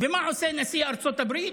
ומה עושה נשיא ארצות הברית?